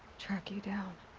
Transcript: track you down.